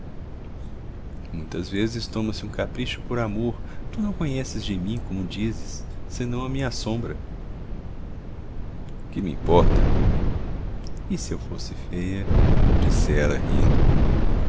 muitas vezes toma-se um capricho por amor tu não conheces de mim como dizes senão a minha sombra que me importa e se eu fosse feia disse ela rindo